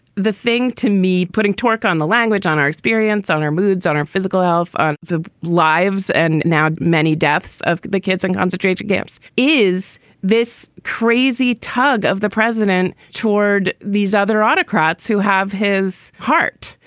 the thing to me, putting talk on the language, on our experience, on our moods, on our physical health, on the lives and now many deaths of the kids in concentration camps, is this crazy tug of the president toward these other autocrats who have his heart.